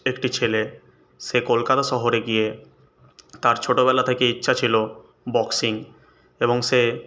একটি ছেলে সে কলকাতা শহরে গিয়ে তার ছোটোবেলা থেকেই ইচ্ছা ছিল বক্সিং এবং সে